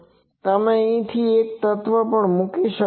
તમે અહીં એક તત્વ પણ મૂકી શકો છો